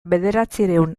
bederatziehun